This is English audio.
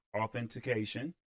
authentication